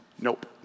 Nope